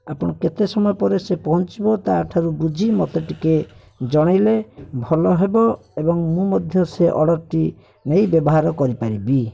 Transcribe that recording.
ଆପଣ କେତେ ସମୟ ପରେ ସେ ପହଞ୍ଚିବ ତା'ଠାରୁ ବୁଝି ମୋତେ ଟିକିଏ ଜଣାଇଲେ ଭଲ ହେବ ଏବଂ ମୁଁ ମଧ୍ୟ ସେ ଅର୍ଡ଼ରଟି ନେଇ ବ୍ୟବହାର କରି ପାରିବି